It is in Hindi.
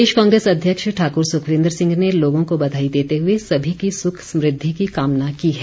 प्रदेश कांग्रेस अध्यक्ष ठाकूर सुखविंदर सिंह ने लोगों को बधाई देते हुए सभी की सुख समृद्धि की कामना की है